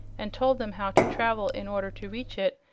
and told them how to travel in order to reach it,